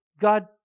God